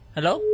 Hello